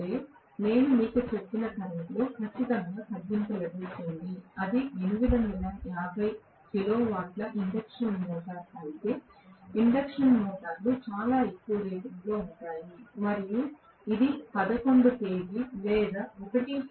అంటే నేను మీకు చెప్పిన కరెంట్లో ఖచ్చితంగా తగ్గింపు లభిస్తుంది అది 850 కిలోవాట్ల ఇండక్షన్ మోటర్ అయితే ఇండక్షన్ మోటార్లు చాలా ఎక్కువ రేటింగ్లో ఉంటాయి మరియు ఇది 11 కెవి లేదా 1